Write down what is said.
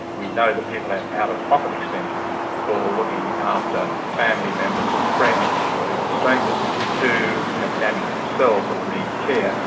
we know that people have out-of-pocket expenses for looking after family members or friends or even strangers who have damaged themselves or need care,